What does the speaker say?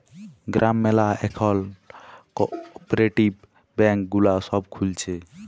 গ্রাম ম্যালা এখল cooperative bank গুলা সব খুলছে